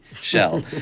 shell